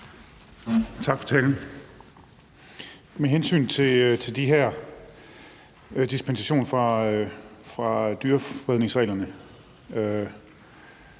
Tak for talen. Med hensyn til den her dispensation fra dyrevelfærdsreglerne